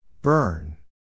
Burn